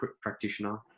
practitioner